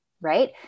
right